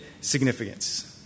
significance